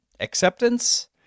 acceptance